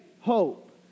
hope